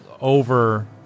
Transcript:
over